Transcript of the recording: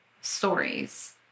stories